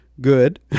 good